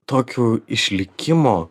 tokių išlikimo